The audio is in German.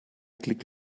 klick